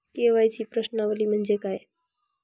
KYC प्रश्नावली म्हणजे काय?